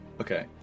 okay